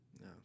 No